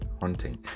haunting